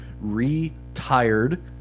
Retired